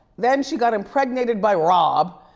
then she got impregnated by rob.